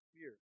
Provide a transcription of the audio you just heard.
fear